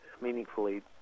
meaningfully